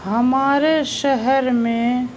ہمارے شہر میں